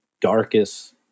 darkest